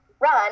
run